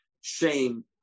shame